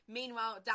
meanwhile